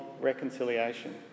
reconciliation